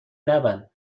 نبند